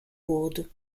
wurde